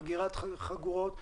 חגירת חגורות וחשיבותן.